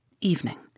Evening